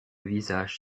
visage